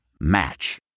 Match